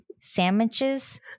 sandwiches